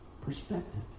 perspective